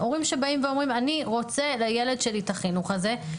הורים שבאים ואומרים אני רוצה לילד שלי את החינוך הזה,